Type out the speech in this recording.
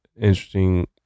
interesting